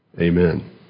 Amen